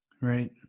Right